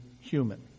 human